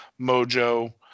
Mojo